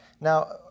Now